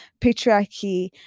patriarchy